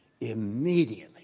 immediately